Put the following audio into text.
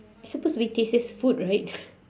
it's supposed to be tastiest food right